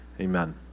Amen